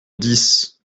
dix